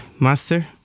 master